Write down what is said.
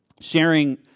Sharing